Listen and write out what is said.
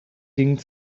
ging